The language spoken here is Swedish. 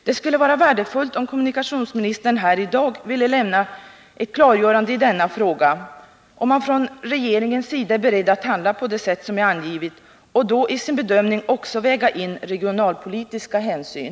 Det skulle vara värdefullt om kommunikationsministern här i dag ville klargöra om man från regeringens sida är beredd att handla på det sätt som jag angivit, och då i sin bedömning också väga in regionalpolitiska hänsyn.